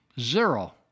Zero